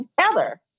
together